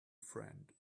friend